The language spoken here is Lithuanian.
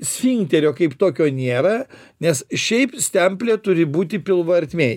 sfinterio kaip tokio nėra nes šiaip stemplė turi būti pilvo ertmėj